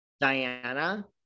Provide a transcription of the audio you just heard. Diana